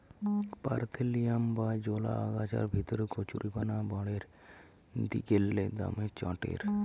parthenium বা জলা আগাছার ভিতরে কচুরিপানা বাঢ়্যের দিগেল্লে দমে চাঁড়ের